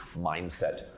mindset